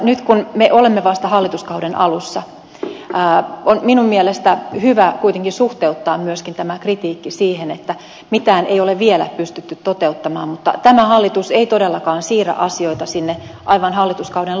nyt kun me olemme vasta hallituskauden alussa on minun mielestäni hyvä kuitenkin suhteuttaa myöskin tämä kritiikki siihen että mitään ei ole vielä pystytty toteuttamaan mutta tämä hallitus ei todellakaan siirrä asioita sinne aivan hallituskauden loppuun